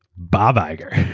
bob iger.